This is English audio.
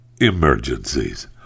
emergencies